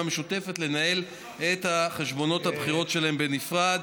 משותפת לנהל את חשבונות הבחירות שלהם בנפרד,